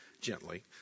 gently